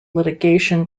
litigation